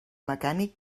mecànic